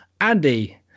Andy